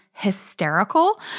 hysterical